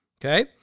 Okay